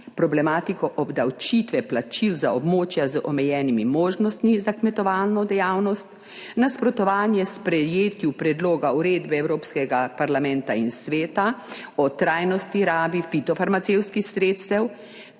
problematiko obdavčitve plačil za območja z omejenimi možnostmi za kmetovalno dejavnost, nasprotovanje sprejetju predloga uredbe Evropskega parlamenta in sveta o trajnostni rabi fitofarmacevtskih sredstev